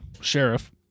sheriff